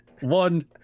one